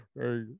Hey